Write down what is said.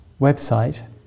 website